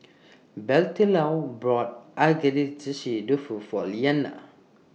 Bettylou brought Agedashi Dofu For Liliana